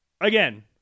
Again